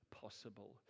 possible